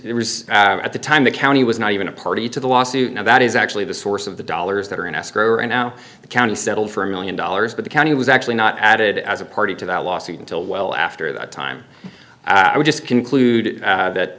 is at the time the county was not even a party to the lawsuit now that is actually the source of the dollars that are in escrow right now the county settled for a one million dollars but the county was actually not added as a party to that lawsuit until well after that time i just concluded that